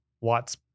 watts